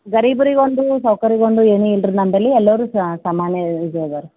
ಗರೀಬ್ರಿಗೆ ಒಂದು ಸಾವ್ಕಾರ್ರಿಗೆ ಒಂದು ಏನು ಇಲ್ಲ ರೀ ನಮ್ಮಲ್ಲಿ ಎಲ್ಲರೂ ಸಮಾನ ಇದು ಅದಾರೆ